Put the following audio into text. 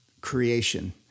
creation